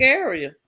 area